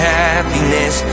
happiness